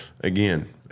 again